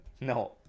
No